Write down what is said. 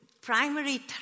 primary